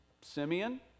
Simeon